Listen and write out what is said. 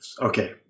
Okay